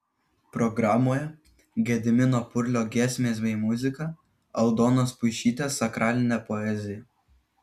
programoje gedimino purlio giesmės bei muzika aldonos puišytės sakralinė poezija